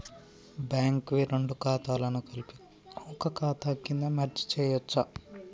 Bank వి రెండు ఖాతాలను కలిపి ఒక ఖాతా కింద మెర్జ్ చేయచ్చా?